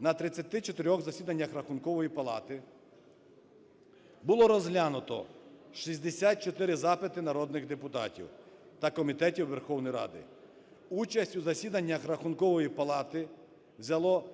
на 34 засіданнях Рахункової палати було розглянуто 64 запити народних депутатів та комітетів Верховної Ради. Участь у засіданнях Рахункової палати взяло